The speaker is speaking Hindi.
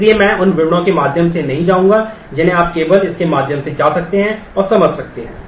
इसलिए मैं उन विवरणों के माध्यम से नहीं जाऊंगा जिन्हें आप केवल इसके माध्यम से जा सकते हैं और समझ सकते हैं